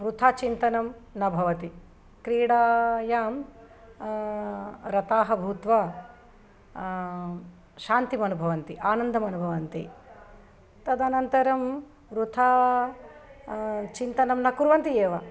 वृथा चिन्तनं न भवति क्रीडायां रताः भूत्वा शान्तिम् अनुभवन्ति आनन्दम् अनुभवन्ति तदनन्तरं वृथा चिन्तनं न कुर्वन्ति एव